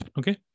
okay